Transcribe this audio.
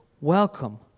welcome